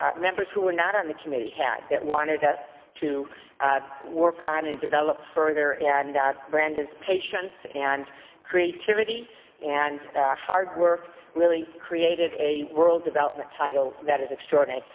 um members who were not on the committee had that wanted us to work on and develop further and brandon's patience and creativity and hard work really created a rural development title that is extraordinary.